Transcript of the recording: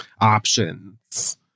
options